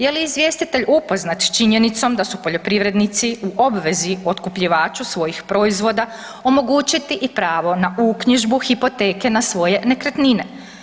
Je li izvjestitelj upoznat s činjenicom da su poljoprivrednici u obvezi otkupljivaču svojih proizvoda omogućiti i pravo na uknjižbu hipoteke na svoje nekretnine.